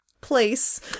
place